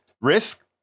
risk